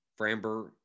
Framber